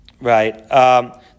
right